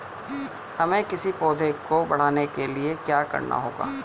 हमें किसी पौधे को बढ़ाने के लिये क्या करना होगा?